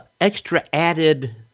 extra-added